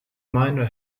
miner